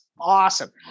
awesome